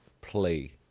play